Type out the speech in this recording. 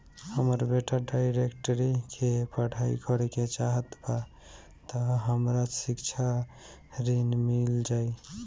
हमर बेटा डाक्टरी के पढ़ाई करेके चाहत बा त हमरा शिक्षा ऋण मिल जाई?